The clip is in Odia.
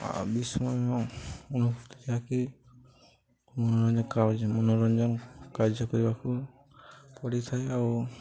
ଆ ବିଶୟ ଅନୁଭୂତି ଯାହାକି ମଞ୍ଜ ମନୋରଞ୍ଜନ କାର୍ଯ୍ୟ କରିବାକୁ ପଡ଼ିଥାଏ ଆଉ